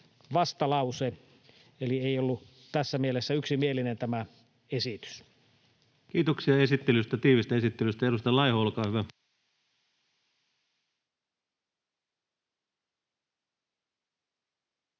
eli ei ollut tässä mielessä yksimielinen tämä esitys. Kiitoksia tiiviistä esittelystä. — Edustaja Laiho, olkaa hyvä.